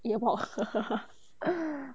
也不好喝